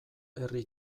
herri